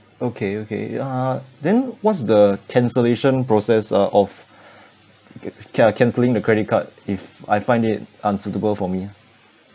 okay okay uh then what's the cancellation process uh of can~ cancelling the credit card if I find it unsuitable for me ah